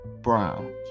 Brown